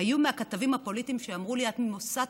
היו מהכתבים הפוליטיים שאמרו לי: את עושה